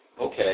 okay